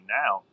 now